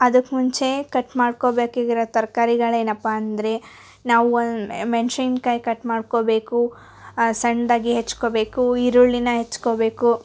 ಅದಕ್ಮುಂಚೆ cut ಮಾಡ್ಕೋಬೇಕಿಗಿರೋ ತರ್ಕಾರಿಗಳು ಏನಪ್ಪಾ ಅಂದರೆ ನಾವು ಒಂದು ಮೆಣಸಿನ ಕಾಯಿ ಕಟ್ ಮಾಡ್ಕೊಬೇಕು ಸಣ್ಣದಾಗಿ ಹೆಚ್ಚ್ಕೋಬೇಕು ಈರುಳ್ಳಿನ ಹೆಚ್ಚ್ಕೋಬೇಕು